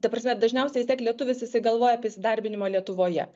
ta prasme dažniausiai vis tiek lietuvis jisai galvoja apie įsidarbinimą lietuvoje